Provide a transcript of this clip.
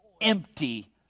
empty